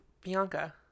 Bianca